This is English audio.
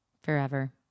forever